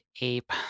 ape